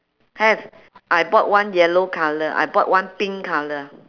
have I bought one yellow colour I bought one pink colour